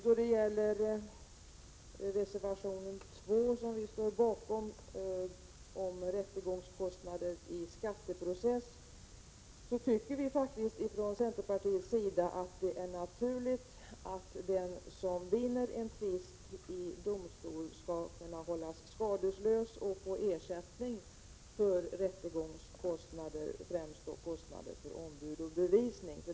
I reservation 2 om rättegångskostnader i skatteprocessen, som vi står bakom, tycker vi från centerpartiets sida att det är naturligt att den som vinner en tvist i domstol skall hållas skadeslös och få ersättning för rättegångskostnader, främst kostnaderna för ombud och för bevisning.